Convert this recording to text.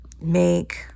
make